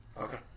Okay